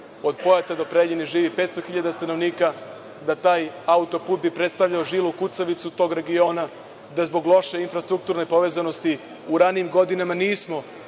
od Pojata do Preljine živi 500 hiljada stanovnika, da taj autoput bi predstavljao žilu kucavicu tog regiona, da zbog loše infrastrukturne povezanosti u ranim godinama nismo